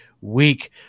week